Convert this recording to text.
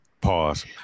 pause